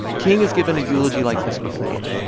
king has given a eulogy like this before.